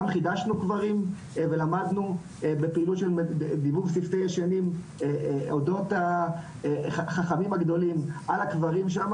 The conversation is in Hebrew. גם חידשנו קברים ולמדנו בפעילות אודות החכמים הגדולים על הקברים שמה